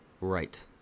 Right